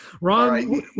Ron